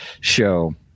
show